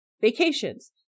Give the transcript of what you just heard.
Vacations